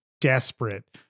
desperate